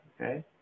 okay